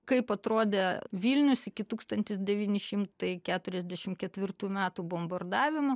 kaip atrodė vilnius iki tūkstantis devyni šimtai keturiasdešim ketvirtų metų bombardavimų